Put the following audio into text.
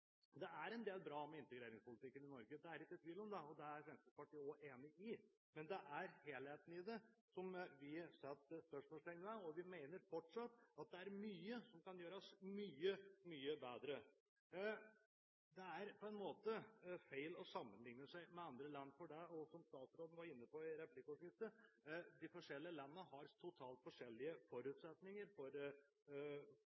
en del bra med integreringspolitikken i Norge – det er ikke tvil om det – og det er også Fremskrittspartiet enig i. Men det er helheten i den som vi setter spørsmålstegn ved, og vi mener fortsatt det er mye som kan gjøres mye, mye bedre. Det er på en måte feil å sammenlikne seg med andre land. Som statsråden var inne på i replikkordskiftet, de forskjellige landene har totalt forskjellige